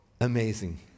amazing